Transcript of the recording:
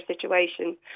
situation